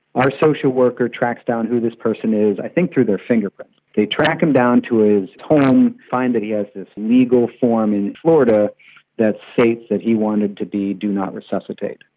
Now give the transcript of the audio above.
our social worker tracks down who this person is, i think through their fingerprints. they track him down to his home, they find that he has this legal form in florida that states that he wanted to be do not resuscitate.